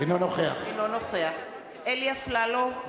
אינו נוכח אלי אפללו,